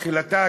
בתחילתה,